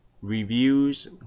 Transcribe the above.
reviews